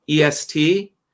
EST